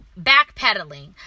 backpedaling